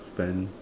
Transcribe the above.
spend